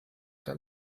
der